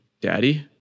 daddy